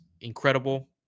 incredible